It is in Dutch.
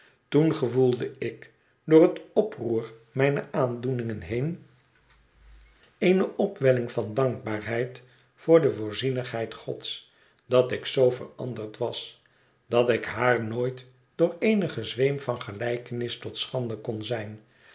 toen gevoelde ik door het oproer mijner aandoeningen heen eene opwelling van dankbaarheid voor de voorzienigheid gods dat ik zoo veranderd was dat ik haar nooit door eenigen zweem van gelijkenis tot schande kon zijn